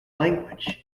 language